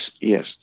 yes